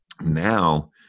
now